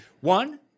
One